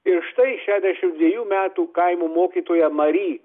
ir štai šešiasdešim dvejų metų kaimo mokytoja mary